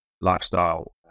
lifestyle